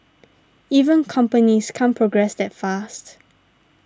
even companies can't progress that fast